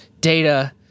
data